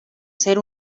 ser